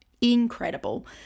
incredible